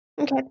Okay